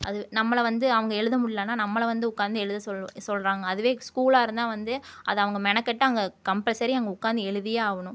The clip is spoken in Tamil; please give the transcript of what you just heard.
அது நம்மளை வந்து அவங்க எழுத முடிலன்னா நம்மளை வந்து உட்காந்து எழுத சொ சொல்கிறாங்க அதுவே ஸ்கூலாக இருந்தால் வந்து அதை அவங்க மெனக்கட்டு அங்கே கம்பல்சரி அங்கே உட்காந்து எழுதியே ஆகணும்